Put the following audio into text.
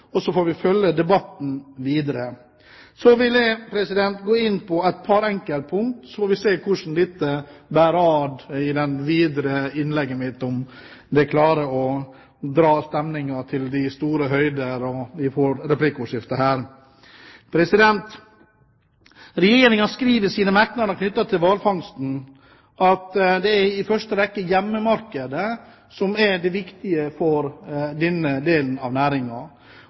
og så får vi følge debatten videre. Så vil jeg gå inn på et par enkeltpunkter, og så får vi se hvor dette bærer hen i det videre innlegget mitt – om det klarer å piske stemningen opp mot de store høyder og vi får replikkordskifte her. Regjeringen skriver i sine merknader knyttet til hvalfangsten at det i første rekke er hjemmemarkedet som er viktig for denne delen av